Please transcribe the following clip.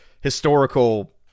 historical